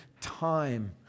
time